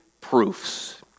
proofs